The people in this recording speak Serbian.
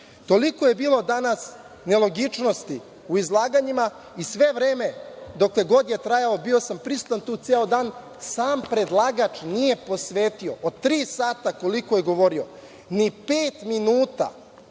je bilo danas nelogičnosti u izlaganjima i sve vreme, dokle god je trajalo, bio sam prisutan tu ceo dan, sam predlagač nije posvetio, od tri sata, koliko je govorio, ni pet minuta